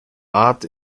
art